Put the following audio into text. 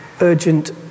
urgent